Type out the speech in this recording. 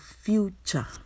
future